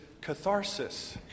catharsis